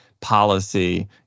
policy